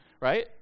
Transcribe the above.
right